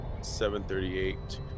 738